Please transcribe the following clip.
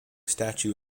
statue